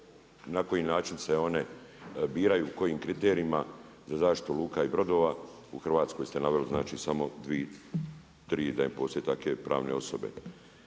na koji način se one biraju, kojim kriterijima za zaštitu luka i brodova? U Hrvatskoj ste naveli samo 2, 3 da postoje takve pravne osobe.